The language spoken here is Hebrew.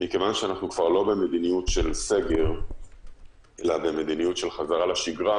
מכיוון שאנחנו כבר לא במדיניות של סגר אלא במדיניות של חזרה לשגרה,